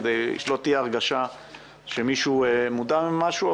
כדי שלא תהיה הרגשה שמישהו מודר ממשהו.